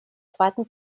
zweiten